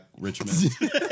Richmond